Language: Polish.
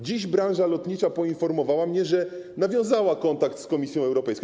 Dziś branża lotnicza poinformowała mnie, że nawiązała kontakt z Komisją Europejską.